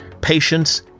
Patience